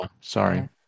sorry